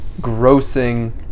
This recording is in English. grossing